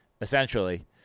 essentially